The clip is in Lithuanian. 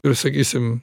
ir sakysim